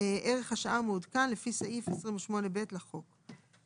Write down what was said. ערך שעה מעודכן לפי סעיף 28(ב) לחוק.